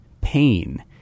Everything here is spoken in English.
pain